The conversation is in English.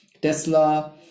Tesla